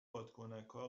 بادکنکا